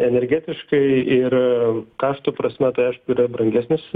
energetiškai ir kaštų prasme tai aišku yra brangesnis